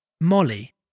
Molly